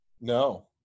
No